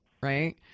right